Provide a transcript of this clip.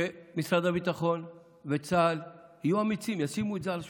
שמשרד הביטחון וצה"ל יהיו אמיצים וישימו את זה על השולחן.